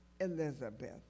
Elizabeth